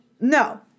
No